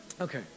Okay